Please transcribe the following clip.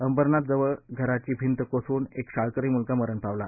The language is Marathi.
अंबरनाथ जवळ घराची भिंत कोसळून एक शाळकरी मुलगा मरण पावला